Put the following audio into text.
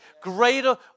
greater